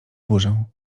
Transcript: burzę